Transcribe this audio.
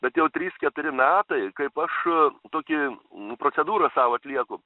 bet jau trys keturi metai kaip aš tokį nu procedūrą sau atlieku